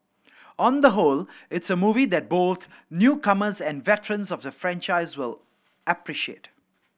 on the whole it's a movie that both newcomers and veterans of the franchise will appreciate